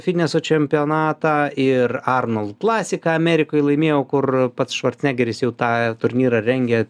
fitneso čempionatą ir arnold klasiką amerikoj laimėjau kur pats švarcnegeris jau tą turnyrą rengia